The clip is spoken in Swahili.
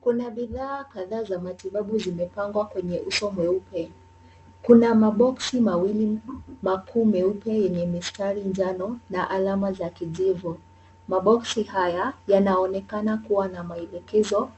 Kuna bidhaa kadhaa za matibabu zimepangwa kwenye uso mweupe. Kuna maboksi mawili makuu meupe yenye mistari njano, na alama za kijivu. Maboksi haya yanaonekana kuwa na maelekezo